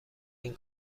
این